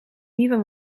nieuwe